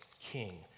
king